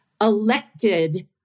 elected